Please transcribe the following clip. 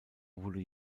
wurde